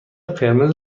قرمز